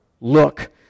Look